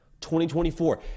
2024